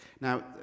Now